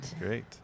great